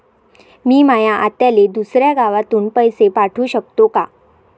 मी माया आत्याले दुसऱ्या गावातून पैसे पाठू शकतो का?